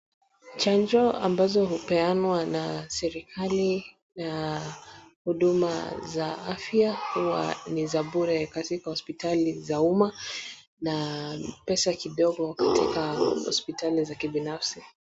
Chanjo ambazo hupeanwa na serikali na huduma za afya huwa ni za bure katika hospitali za umma na pesa kidogo katika hospitali za kibinafsi.